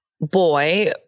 boy